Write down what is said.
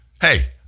hey